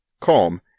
calm